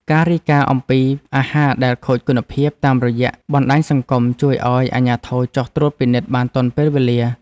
ការរាយការណ៍អំពីអាហារដែលខូចគុណភាពតាមរយៈបណ្តាញសង្គម ជួយឱ្យអាជ្ញាធរចុះត្រួតពិនិត្យបានទាន់ពេលវេលា។